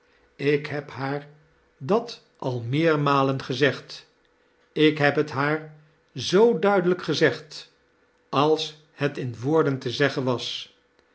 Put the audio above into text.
ik heb haar dat al meermalen gezegd ik heb liet haar zoo duidelijk gezegd als het in woorden te zeggen was